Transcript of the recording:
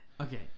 Okay